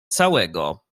całego